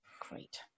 Great